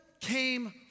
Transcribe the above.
came